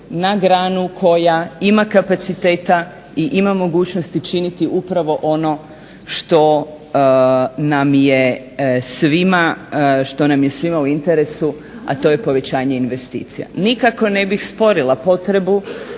na granu koja ima kapaciteta i ima mogućnosti činiti upravo ono što nam je svima u interesu, a to je povećanje investicija. Nikako ne bih sporila potrebu